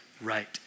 right